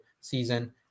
season